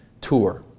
tour